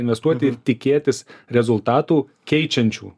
investuoti ir tikėtis rezultatų keičiančių